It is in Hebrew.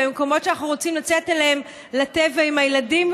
מקומות שאנחנו רוצים לצאת אליהם לטבע עם הילדים,